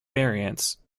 variants